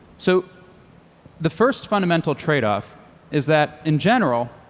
so the first fundamental trade off is that in general,